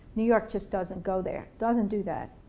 new york just doesn't go there doesn't do that.